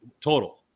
Total